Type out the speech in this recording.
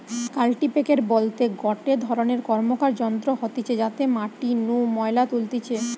কাল্টিপ্যাকের বলতে গটে রকম র্কমকার যন্ত্র হতিছে যাতে মাটি নু ময়লা তুলতিছে